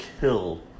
kill